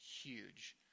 huge